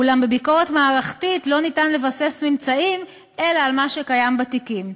אולם בביקורת מערכתית לא ניתן לבסס ממצאים אלא על מה שקיים בתיקים.